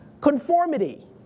conformity